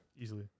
easily